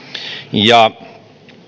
ja